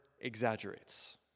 exaggerates